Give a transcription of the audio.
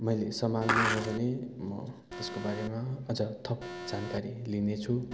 मैले सम्हाल्नु हो भने म त्यसको बारेमा अझ थप जानकारी लिनेछु